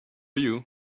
you